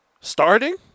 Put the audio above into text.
starting